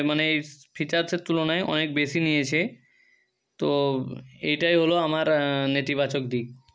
মানে এইস ফিচারসের তুলনায় অনেক বেশি নিয়েছে তো এটাই হল আমার নেতিবাচক দিক